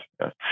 yes